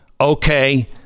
Okay